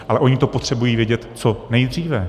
Ale oni to potřebují vědět co nejdříve.